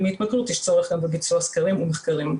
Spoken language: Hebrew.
מהתמכרות יש צורך בביצוע סקרים ומחקרים.